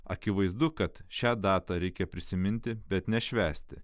akivaizdu kad šią datą reikia prisiminti bet nešvęsti